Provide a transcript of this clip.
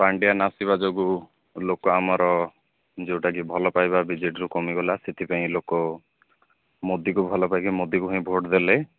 ପାଣ୍ଡିଆନ ଆସିବା ଯୋଗୁ ଲୋକ ଆମର ଯୋଉଟା କି ଭଲ ପାଇବା ବିଜେଡ଼ିରୁ କମି ଗଲା ସେଥିପାଇଁ ଲୋକ ମୋଦିକୁ ଭଲ ପାଇକି ମୋଦିକୁ ହିଁ ଭୋଟ ଦେଲେ